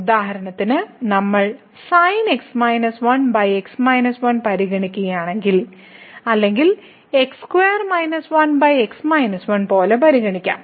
ഉദാഹരണത്തിന് നമ്മൾ പരിഗണിക്കുകയാണെങ്കിൽ അല്ലെങ്കിൽ നമുക്ക് പോലെ പരിഗണിക്കാം